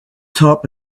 top